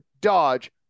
Dodge